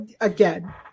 again